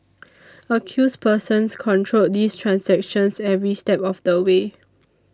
accused persons controlled these transactions every step of the way